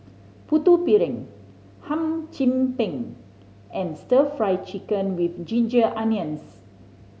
Putu Piring Hum Chim Peng and Stir Fry Chicken with ginger onions